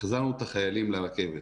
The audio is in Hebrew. החזרנו את החיילים לרכבת.